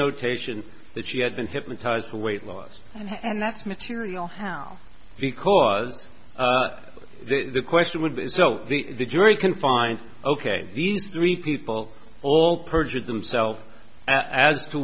notation that she had been hypnotized for weight loss and that's material now because the question would be so the jury can find ok these three people all perjured themselves as to